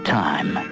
time